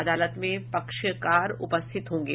अदालत में पक्षकार उपस्थित होंगे